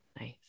Nice